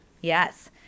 yes